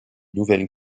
nouvelles